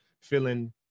feeling